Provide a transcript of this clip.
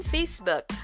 Facebook